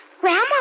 Grandma